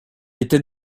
était